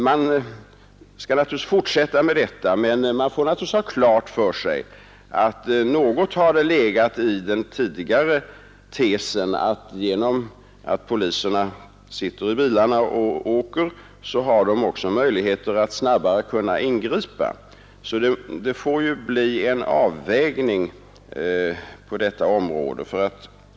Man skall naturligtvis fortsätta med detta, men man får ha klart för sig att något har det legat i den tidigare tesen, att genom att poliserna sitter i bilarna och åker har de också möjlighet att snabbare kunna ingripa. Så det får bli en avvägning på detta område.